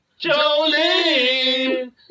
Jolene